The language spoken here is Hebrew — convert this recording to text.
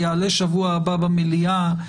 יעלה שבוע הבא במליאה,